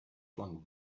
flung